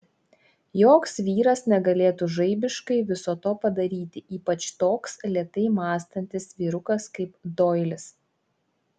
joks vyras negalėtų žaibiškai viso to padaryti ypač toks lėtai mąstantis vyrukas kaip doilis